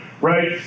Right